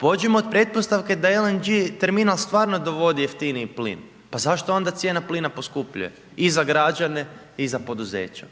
Pođimo od pretpostavke da LNG terminal stvarno dovodi jeftiniji plin, pa zašto onda cijena plina poskupljuje i za građane i za poduzeća.